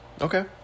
Okay